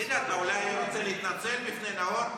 תגיד לי, אתה אולי רוצה להתנצל בפני נאור?